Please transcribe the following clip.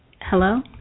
Hello